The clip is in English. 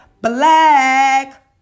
Black